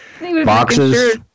boxes